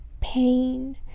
pain